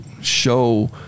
show